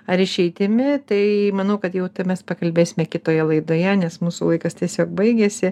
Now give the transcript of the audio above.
ar išeitimi tai manau kad jau tai mes pakalbėsime kitoje laidoje nes mūsų laikas tiesiog baigėsi